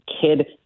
kid